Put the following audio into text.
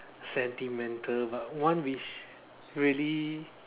sentimental but one which really